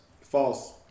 False